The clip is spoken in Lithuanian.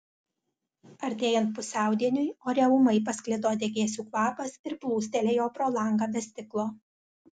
artėjant pusiaudieniui ore ūmai pasklido degėsių kvapas ir plūstelėjo pro langą be stiklo